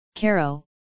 Caro